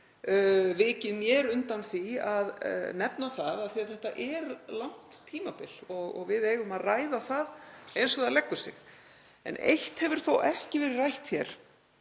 vikið mér undan því að nefna það af því að þetta er langt tímabil og við eigum að ræða það eins og það leggur sig. En eitt hefur þó ekki verið rætt hér